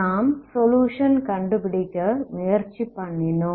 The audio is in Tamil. நாம் சொலுயுஷன் கண்டுபிடிக்க முயற்சி பண்ணினோம்